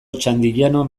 otxandiano